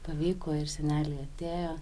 pavyko ir seneliai atėjo